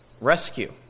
rescue